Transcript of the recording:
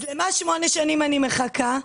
אז למה שמונה שנים אני מחכה?